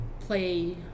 play